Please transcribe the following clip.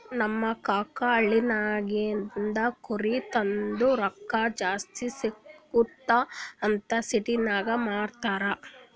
ನಮ್ ಕಾಕಾ ಹಳ್ಳಿನಾಗಿಂದ್ ಕುರಿ ತಂದು ರೊಕ್ಕಾ ಜಾಸ್ತಿ ಸಿಗ್ತುದ್ ಅಂತ್ ಸಿಟಿನಾಗ್ ಮಾರ್ತಾರ್